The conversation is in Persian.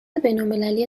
بینالمللی